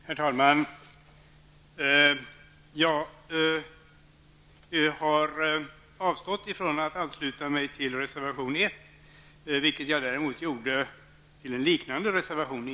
Herr talman! Jag har avstått från att ansluta mig till reservation nr 1. Däremot anslöt jag mig i fjol till en liknande reservation.